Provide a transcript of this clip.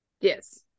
Yes